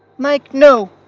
mike no,